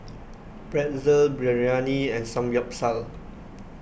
Pretzel Biryani and Samgyeopsal